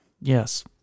Yes